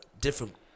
different